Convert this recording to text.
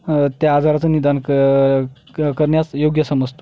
त्या आजाराचं निदान क क करण्यास योग्य समजतो